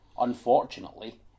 Unfortunately